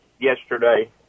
yesterday